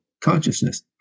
consciousness